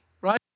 right